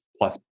plus